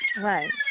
Right